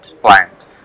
client